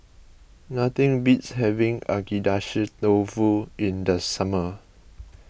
nothing beats having Agedashi Dofu in the summer